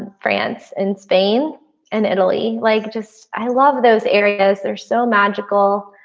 france and spain and italy like just i love those areas. they're so magical.